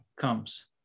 comes